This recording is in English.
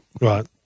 Right